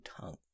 tongue